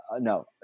no